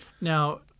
Now